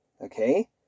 Okay